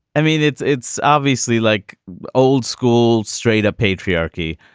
i mean, it's it's obviously like old school, straight up patriarchy.